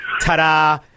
Ta-da